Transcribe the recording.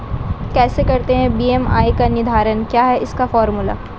कैसे करते हैं बी.एम.आई का निर्धारण क्या है इसका फॉर्मूला?